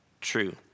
true